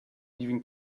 leaving